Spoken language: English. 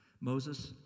Moses